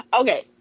okay